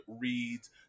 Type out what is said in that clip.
reads